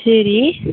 சரி